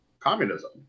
communism